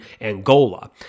Angola